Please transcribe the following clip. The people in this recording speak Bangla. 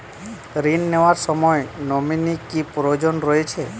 ঋণ নেওয়ার সময় নমিনি কি প্রয়োজন রয়েছে?